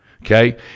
Okay